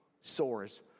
soars